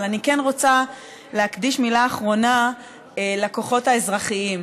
אבל אני כן רוצה להקדיש מילה אחרונה לכוחות האזרחיים